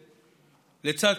לצד,